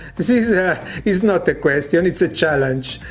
this is yeah is not a question it's a challenge,